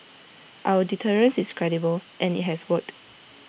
our deterrence is credible and IT has worked